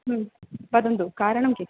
वदन्तु कारणं किम्